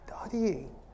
studying